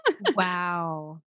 Wow